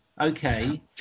Okay